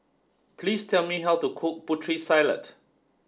please tell me how to cook Putri Salad